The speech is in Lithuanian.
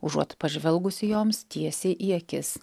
užuot pažvelgusi joms tiesiai į akis